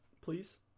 Please